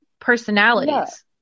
personalities